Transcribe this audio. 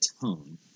tone